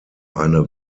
eine